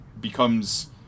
becomes